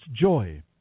joy